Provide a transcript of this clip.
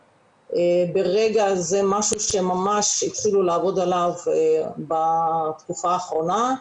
זה משהו שהתחילו לעבוד עליו בתקופה האחרונה,